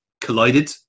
Collided